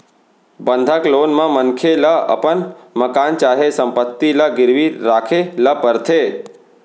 बंधक लोन म मनखे ल अपन मकान चाहे संपत्ति ल गिरवी राखे ल परथे